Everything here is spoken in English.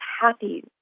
happy